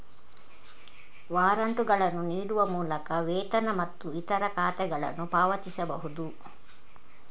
ವಾರಂಟುಗಳನ್ನು ನೀಡುವ ಮೂಲಕ ವೇತನ ಮತ್ತು ಇತರ ಖಾತೆಗಳನ್ನು ಪಾವತಿಸಬಹುದು